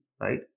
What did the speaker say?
right